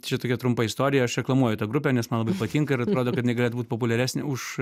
čia tokia trumpa istorija aš reklamuoju tą grupę nes man labai patinka ir atrodo kad jinai galėtų būt populiaresnė už